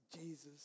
Jesus